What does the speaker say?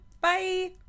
Bye